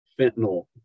fentanyl